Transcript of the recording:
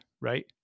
right